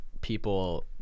people